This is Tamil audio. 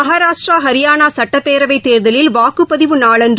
மகராஷ்ட்ரா ஹரியானாசட்டப்பேரவைத் தேர்தலில் வாக்குப்பதிவு நாளன்று